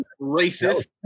Racist